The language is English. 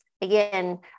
again